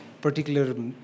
particular